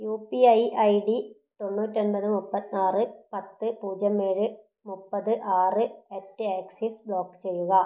U P I I D തൊണ്ണൂറ്റൊൻപത് മുപ്പത്താറ് പത്ത് പൂജ്യം ഏഴ് മുപ്പത് ആറ് അറ്റ് ആക്സിസ് ബ്ലോക്ക് ചെയ്യുക